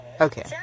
okay